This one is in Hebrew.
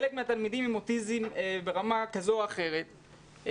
חלק מהתלמידים עם אוטיזם ברמה כזו או אחרת,